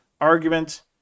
argument